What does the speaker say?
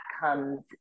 comes